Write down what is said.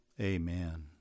Amen